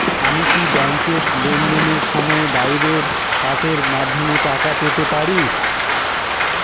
আমি কি ব্যাংকের লেনদেনের সময়ের বাইরেও কার্ডের মাধ্যমে টাকা পেতে পারি?